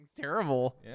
terrible